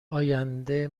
آینده